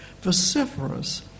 vociferous